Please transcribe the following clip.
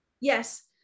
yes